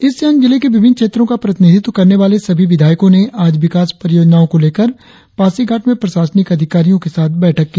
east Siang जिले के विभिन्न क्षेत्रों का प्रतिनिधित्व करने वाले सभी विधायकों ने आज विकास परियोजनाओं को लेकर पासीघाट में प्रशासनिक अधिकारियों के साथ बैठक की